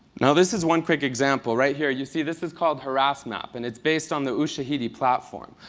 now, this is one quick example. right here, you see this is called harass map. and it's based on the ushahidi platform.